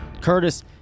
Curtis